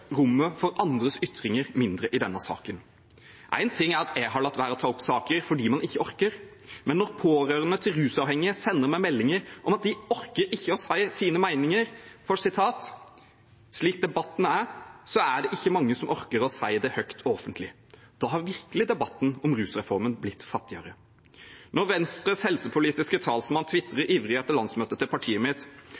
rommet for andres ytringer mindre i denne saken. Én ting er at jeg har latt være å ta opp saker fordi jeg ikke orker. Men når pårørende til rusavhengige sender meg meldinger om at de ikke orker å si sine meninger – for slik debatten er, er det ikke mange som orker å si det høyt og offentlig – da har virkelig debatten om rusreformen blitt fattigere. Venstres helsepolitiske talsmann